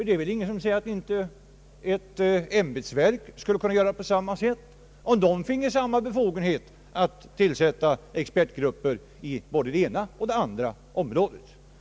Ett ämbetsverk skulle självfallet kunna göra på samma sätt om det finge samma befogenhet att tillsätta expertgrupper i både den ena och den andra frågan.